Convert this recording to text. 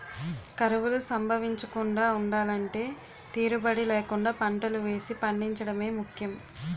కరువులు సంభవించకుండా ఉండలంటే తీరుబడీ లేకుండా పంటలు వేసి పండించడమే ముఖ్యం